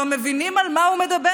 לא מבינים על מה הוא מדבר.